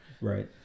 Right